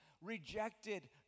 rejected